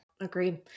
Agreed